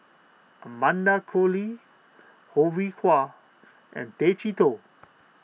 Amanda Koe Lee Ho Rih Hwa and Tay Chee Toh